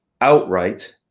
outright